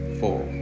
four